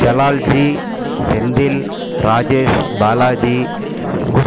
Jalalji Senthil Rajesh Balaji Guru